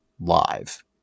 live